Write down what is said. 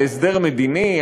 להסדר מדיני?